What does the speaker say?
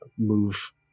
move